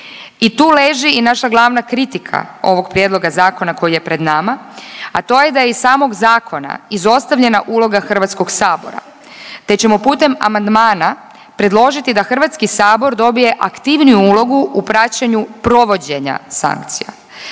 I tu leži i naša glavna kritika ovog Prijedloga zakona koji je pred nama, a to je da je iz samog zakona izostavljena uloga Hrvatskog sabora te ćemo putem amandmana predložiti da Hrvatski sabor dobije aktivniju ulogu u praćenju provođenja sankcija.